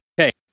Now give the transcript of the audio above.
Okay